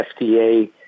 FDA